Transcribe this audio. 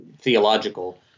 theological